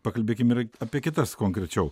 pakalbėkim ir apie kitas konkrečiau